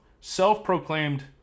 self-proclaimed